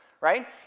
right